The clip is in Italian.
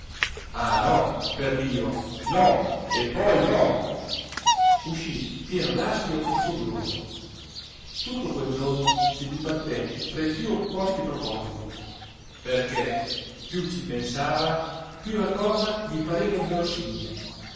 ah no perdio no e poi no uscì pieno d'astio e furioso tutto quel giorno si dibatté tra i più opposti propositi perché più ci pensava più la cosa gli pareva inverosimile